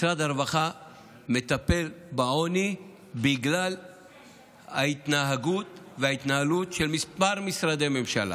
משרד הרווחה מטפל בעוני בגלל ההתנהגות וההתנהלות של כמה משרדי ממשלה.